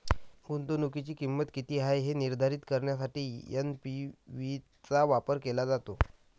गुंतवणुकीची किंमत किती आहे हे निर्धारित करण्यासाठी एन.पी.वी चा वापर केला जातो